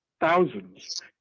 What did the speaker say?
thousands